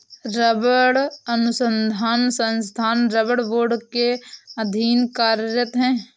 रबड़ अनुसंधान संस्थान रबड़ बोर्ड के अधीन कार्यरत है